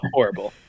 Horrible